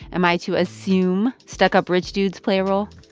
am i to assume stuck-up rich dudes play a role?